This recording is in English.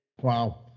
Wow